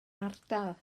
ardal